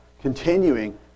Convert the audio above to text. continuing